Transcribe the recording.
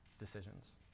Decisions